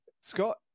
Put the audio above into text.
scott